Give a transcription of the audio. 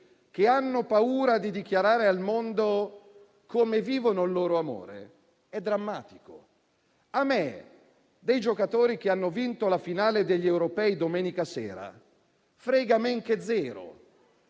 che hanno paura di dichiarare al mondo come vivono il loro amore è drammatico. A me dei giocatori che hanno vinto la finale degli europei domenica sera frega men che zero